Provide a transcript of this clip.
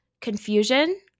Confusion